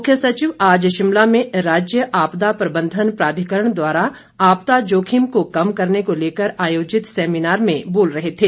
मुख्य सचिव आज शिमला में राज्य आपदा प्रबंधन प्राधिकरण द्वारा आपदा जोखिम को कम करने को लेकर आयोजित सेमिनार में बोल रहे थे